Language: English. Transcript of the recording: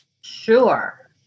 sure